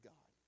God